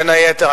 בין היתר,